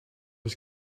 was